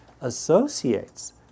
associates